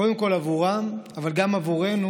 קודם כול עבורם אבל גם עבורנו.